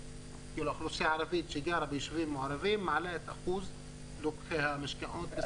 האוכלוסייה הערבית שגרה ביישובים מעורבים מעלה את אחוז לוקחי המשכנתאות,